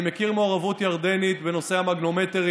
אני מכיר מעורבות ירדנית בנושא המגנומטרים,